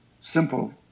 simple